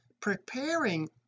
preparing